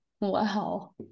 wow